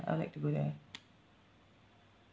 I would like to go there